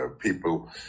people